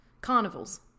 Carnivals